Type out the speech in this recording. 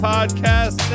Podcast